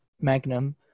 Magnum